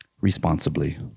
responsibly